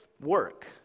work